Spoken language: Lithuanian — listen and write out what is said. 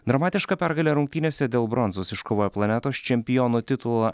dramatišką pergalę rungtynėse dėl bronzos iškovojo planetos čempiono titulą